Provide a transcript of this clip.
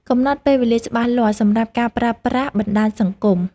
កំណត់ពេលវេលាច្បាស់លាស់សម្រាប់ការប្រើប្រាស់បណ្ដាញសង្គម។